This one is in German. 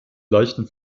leichten